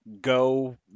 go